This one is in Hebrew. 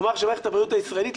הוא אמר שמערכת הבריאות הישראלית,